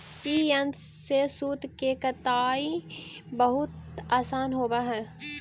ई यन्त्र से सूत के कताई बहुत आसान होवऽ हई